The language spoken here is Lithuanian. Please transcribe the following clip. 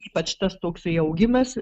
ypač tas toksai augimas